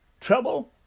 trouble